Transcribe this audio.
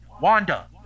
Wanda